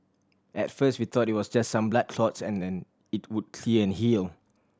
at first we thought it was just some blood clots and then it would clear and heal